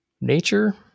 nature